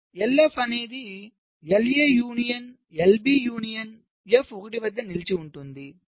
కాబట్టి LF అనేది LA union LB union F 1 వద్ద నిలిచి ఉంటుంది